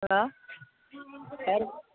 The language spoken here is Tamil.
ஹலோ யார்